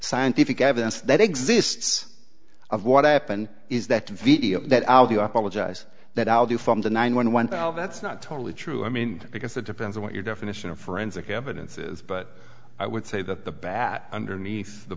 scientific evidence that eggs this of what happened is that video that you apologize that i'll do from the nine one one thousand it's not totally true i mean because it depends on what your definition of forensic evidence is but i would say that the bat underneath the